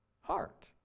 heart